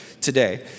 today